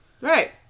Right